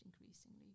increasingly